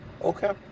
okay